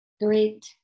great